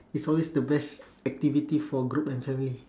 it's always the best activity for group and family